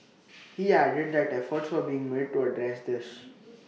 he added that efforts were being made to address this